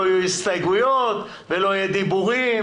ולא יהיו הסתייגויות ולא יהיו דיבורים.